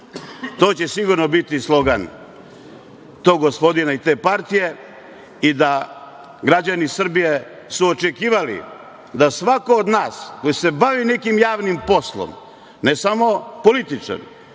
To će, sigurno, biti slogan tog gospodina i te partije. Građani Srbije su očekivali da svako od nas ko se bavi nekim javnim poslom, ne samo političar,